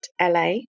la